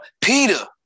Peter